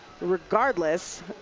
Regardless